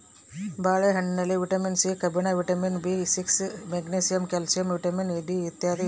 ಬಾಳೆ ಹಣ್ಣಿನಲ್ಲಿ vitamin C ಕಬ್ಬಿಣ vitamin B six magnesium calcium vitamin D ಇರ್ತಾದ